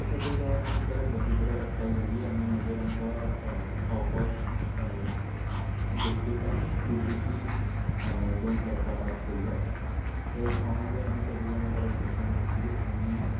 तें सगळें जावन आमी बसी कडेन परत एकठांय जालीं आनी मागीर आमकां खावपाक बिस्कीट आनी फ्रुटीची दोन टेट्रा पॅक्स दिल्ले ते खावन बीन आमी सगळीं जाणां बसीन बसलीं आनी